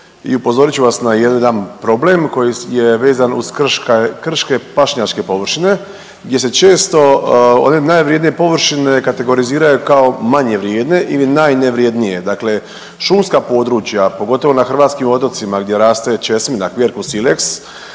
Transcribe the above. i upozorit ću vas na jedan problem koji je vezan uz krške, krške pašnjačke površine gdje se često one najvrijednije površine kategoriziraju kao manje vrijedne ili najnevrijednije, dakle šumska područja, pogotovo na hrvatskim otocima gdje raste česmina…/Govornik